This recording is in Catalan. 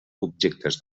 objectes